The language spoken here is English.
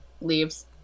leaves